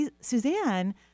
Suzanne